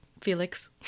Felix